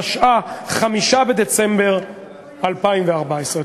עושה פה שנים זה רק לייאש ולהפחיד את אזרחי ישראל.